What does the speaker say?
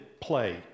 play